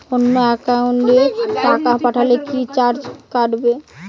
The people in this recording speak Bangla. অন্য একাউন্টে টাকা পাঠালে কি চার্জ কাটবে?